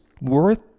worth